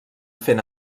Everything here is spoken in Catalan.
fent